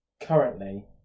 currently